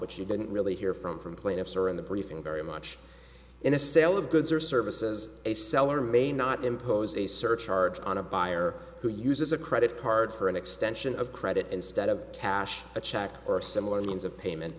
which you didn't really hear from from plaintiffs or in the briefing very much in a sale of goods or services a seller may not impose a surcharge on a buyer who uses a credit card for an extension of credit instead of cash a check or a similar means of payment